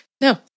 No